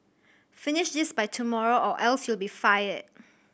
finish this by tomorrow or else you'll be fired